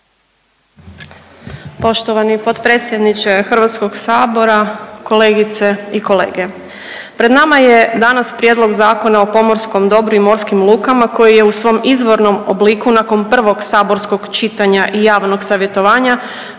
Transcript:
Poštovani potpredsjedniče HS-a, kolegice i kolege. Pred nama je danas Prijedlog Zakona o pomorskom dobru i morskim lukama koji je u svom izvornom obliku nakon prvog saborskog čitanja i javnog savjetovanja